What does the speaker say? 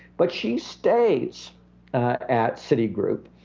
but she stays at citigroup,